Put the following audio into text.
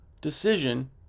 decision